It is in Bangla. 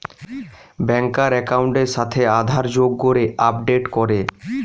ব্যাংকার একাউন্টের সাথে আধার যোগ করে আপডেট করে